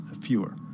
fewer